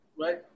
right